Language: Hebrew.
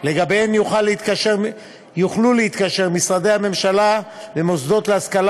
שלגביהן יוכלו להתקשר משרדי הממשלה ומוסדות להשכלה